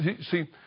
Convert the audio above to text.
See